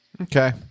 Okay